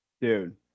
Dude